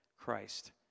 Christ